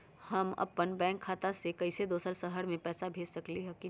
हम अपन बैंक खाता से कोई दोसर शहर में पैसा भेज सकली ह की न?